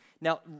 Now